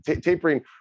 Tapering